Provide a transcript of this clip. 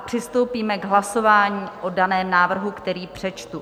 Přistoupíme k hlasování o daném návrhu, který přečtu.